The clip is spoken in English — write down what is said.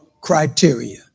Criteria